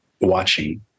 watching